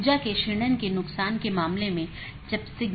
BGP AS के भीतर कार्यरत IGP को प्रतिस्थापित नहीं करता है